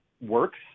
works